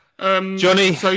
Johnny